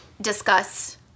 discuss